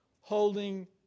holding